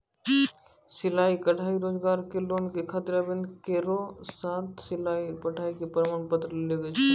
सिलाई कढ़ाई रोजगार के लोन के खातिर आवेदन केरो साथ सिलाई कढ़ाई के प्रमाण पत्र लागै छै?